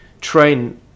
train